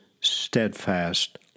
steadfast